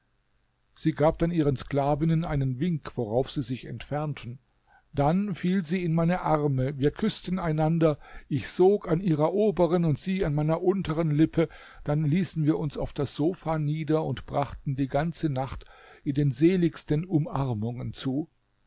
sie gab dann ihren sklavinnen einen wink worauf sie sich entfernten dann fiel sie in meine arme wir küßten einander ich sog an ihrer oberen und sie an meiner unteren lippe dann ließen wir uns auf das sofa nieder und brachten die ganze nacht in den seligsten umarmungen zu